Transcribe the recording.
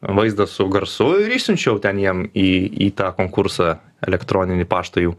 vaizdą su garsu ir išsiunčiau ten jiem į į tą konkursą elektroninį paštą jų